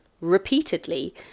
repeatedly